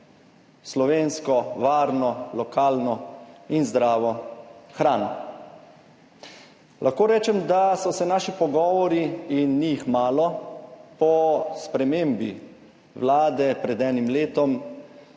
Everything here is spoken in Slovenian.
slovensko, varno, lokalno in zdravo hrano. Lahko rečem, da so se naši pogovori in ni jih malo, po spremembi Vlade pred enim letom